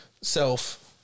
self